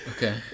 Okay